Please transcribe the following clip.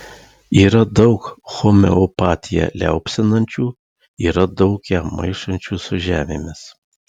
yra daug homeopatiją liaupsinančių yra daug ją maišančių su žemėmis